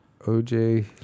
OJ